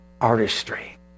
artistry